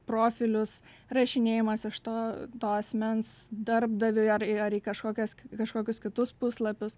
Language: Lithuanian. profilius rašinėjimas iš to to asmens darbdaviui ar ar į kažkokias kažkokius kitus puslapius